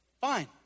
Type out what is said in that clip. Fine